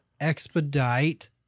expedite